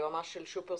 היועמ"ש של שופרסל,